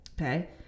okay